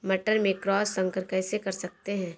मटर में क्रॉस संकर कैसे कर सकते हैं?